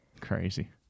Crazy